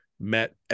met